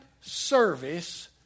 service